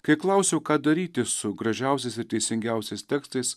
kai klausiau ką daryti su gražiausiais ir teisingiausias tekstais